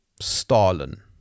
Stalin